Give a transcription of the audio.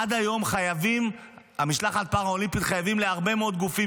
עד היום המשלחת הפארה-אולימפית חייבת להרבה מאוד גופים